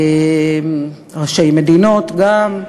ראשי מדינות גם,